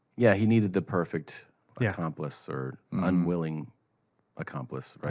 yeah, he needed the perfect yeah accomplice or unwilling accomplice.